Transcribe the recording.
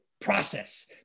process